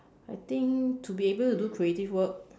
I think to be able to do creative work